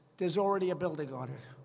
there's already a building on it.